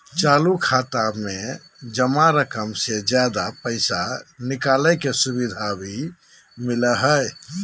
चालू खाता में जमा रकम से ज्यादा पैसा निकालय के सुविधा भी मिलय हइ